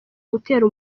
gutera